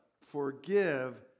forgive